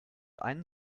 einen